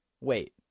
wait